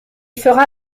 fera